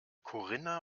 corinna